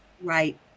right